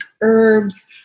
herbs